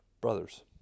brothers